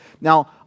Now